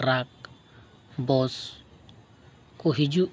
truck bus ᱠᱚ ᱦᱤᱡᱩᱜ